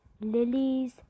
lilies